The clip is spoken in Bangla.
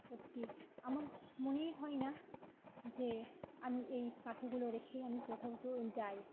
সত্যি আমার মনেই হয় না যে আমি এই পাখিগুলো রেখে আমি কোথাও চ যাই